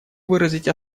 выразить